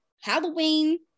Halloween